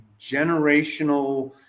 generational